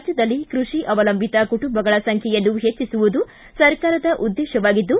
ರಾಜ್ಯದಲ್ಲಿ ಕೃಷಿ ಅವಲಂಬಿತ ಕುಟುಂಬಗಳ ಸಂಖ್ಯೆಯನ್ನು ಪೆಚ್ಚಿಸುವುದು ಸರ್ಕಾರದ ಉದ್ದೇಶವಾಗಿದ್ದು